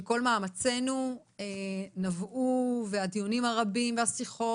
שכל מאמצנו נבעו והדיונים הרבים והשיחות